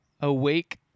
awake